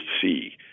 see